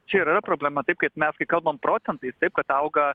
čia yra problema taip kaip mes kai kalbam procentais taip kad auga